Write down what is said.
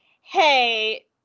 hey